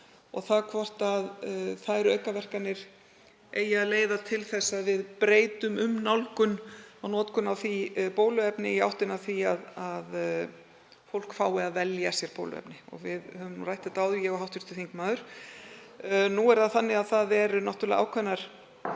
og hvort þær aukaverkanir eigi að leiða til þess að við breytum um nálgun á notkun á því bóluefni í átt að því að fólk fái að velja sér bóluefni. Við höfum nú rætt þetta áður, ég og hv. þingmaður. Það eru náttúrlega ákveðnar